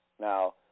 Now